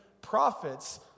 prophets